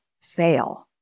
fail